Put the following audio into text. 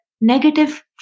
negative